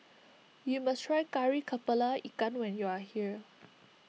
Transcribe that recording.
you must try Kari Kepala Ikan when you are here